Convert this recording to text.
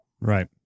Right